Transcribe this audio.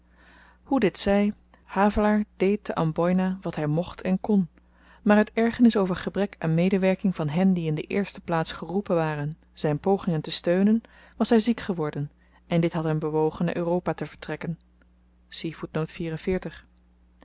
hoe dit zy havelaar deed te amboina wat hy mocht en kon maar uit ergernis over gebrek aan medewerking van hen die in de eerste plaats geroepen waren zyn pogingen te steunen was hy ziek geworden en dit had hem bewogen naar europa te vertrekken